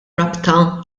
rabta